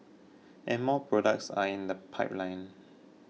and more products are in the pipeline